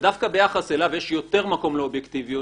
שדווקא ביחס אליו יש יותר מקום לאובייקטיביות,